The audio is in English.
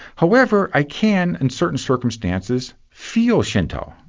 however, i can in certain circumstances, feel shinto,